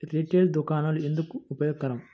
Retail దుకాణాలు ఎందుకు ఉపయోగకరం?